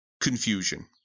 confusion